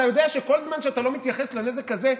אתה יודע שכל זמן שאתה לא מתייחס לנזק הזה,